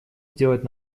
сделать